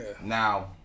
Now